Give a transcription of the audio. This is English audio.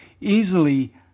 easily